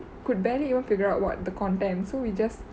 could barely you won't figure out what the content so we just